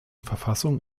verfassung